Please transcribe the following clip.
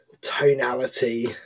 tonality